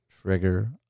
trigger